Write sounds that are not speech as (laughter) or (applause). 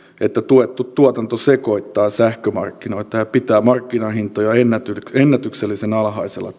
että tuettu tuotanto sekoittaa sähkömarkkinoita ja pitää markkinahintoja ennätyksellisen ennätyksellisen alhaisella (unintelligible)